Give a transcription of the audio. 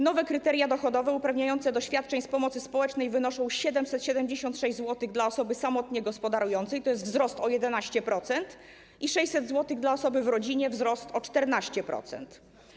Nowe kryteria dochodowe uprawniające do świadczeń z pomocy społecznej wynoszą 776 zł dla osoby samotnie gospodarującej, to jest wzrost o 11%, i 600 zł dla osoby w rodzinie, wzrost o 14%.